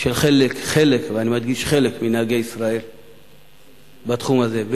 של חלק, ואני מדגיש: חלק, מנהגי ישראל בתחום הזה.